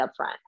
upfront